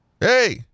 Hey